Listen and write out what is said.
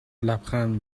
لبخند